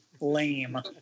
lame